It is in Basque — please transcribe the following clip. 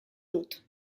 dut